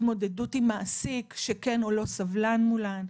התמודדות עם מעסיק שכן או לא סובלני מולן,